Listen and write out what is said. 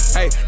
Hey